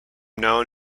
known